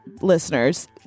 listeners